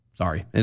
Sorry